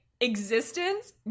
existence